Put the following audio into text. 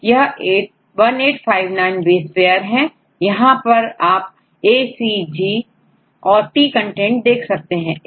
यह1859 base pair है यहां आपACG औरT कंटेंट देख सकते हैं